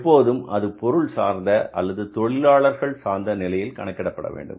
எப்போதும் அது பொருள் சார்ந்த அல்லது தொழிலாளர்கள் சார்ந்த நிலையில் கணக்கிடப்பட வேண்டும்